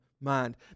mind